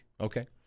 Okay